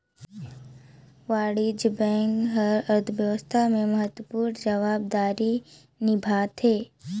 वाणिज्य बेंक हर अर्थबेवस्था में महत्वपूर्न जवाबदारी निभावथें